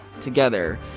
together